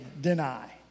deny